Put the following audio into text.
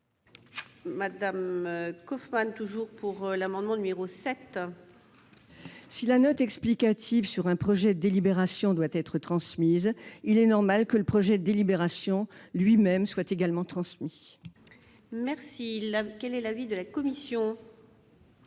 Mme Claudine Kauffmann. Si la note explicative sur un projet de délibération doit être transmise, il est normal que le projet de délibération lui-même soit également transmis. Quel est l'avis de la commission ?